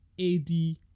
AD